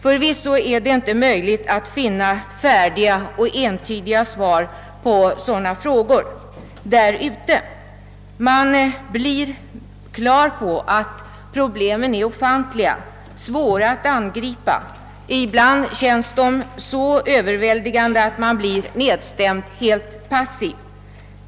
Förvisso är det inte möjligt att finna färdiga och entydiga svar på sådana frågor där ute. Man får klart för sig att problemen är ofantliga och svåra att angripa. Ibland känns de så överväldigande att man blir nedstämd, helt passiv.